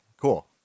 cool